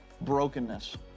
brokenness